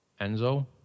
Enzo